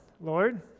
Lord